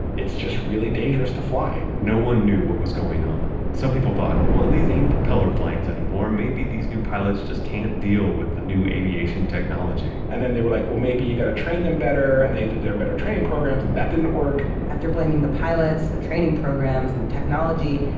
it's just really dangerous to fly no one knew what was going on. some people thought, well, these ain't propeller planes anymore. maybe these new pilots just can't deal with the new aviation technology and then they were like, well, maybe you got to train them better, and they did their better training programs and that didn't work after blaming the pilots, the training programs, and the technology,